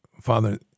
Father